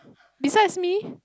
besides me